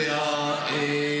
מה הקשר?